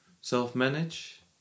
self-manage